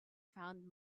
found